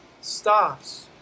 stops